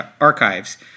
archives